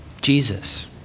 Jesus